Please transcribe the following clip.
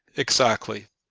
exactly.